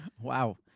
Wow